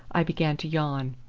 i began to yawn.